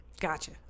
Gotcha